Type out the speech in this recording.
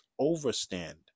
overstand